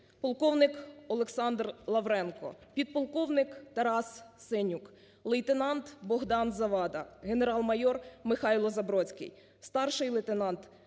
полковник Олександр Лавренко, підполковник Тарас Сенюк, лейтенант Богдан Завада, генерал-майор Михайло Забродський, старший лейтенант